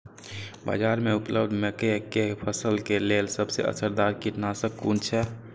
बाज़ार में उपलब्ध मके के फसल के लेल सबसे असरदार कीटनाशक कुन छै?